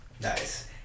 Nice